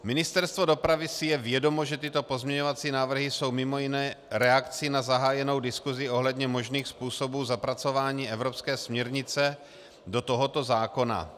Ministerstvo dopravy si je vědomo, že tyto pozměňovací návrhy jsou mimo jiné reakcí na zahájenou diskusi ohledně možných způsobů zapracování evropské směrnice do tohoto zákona.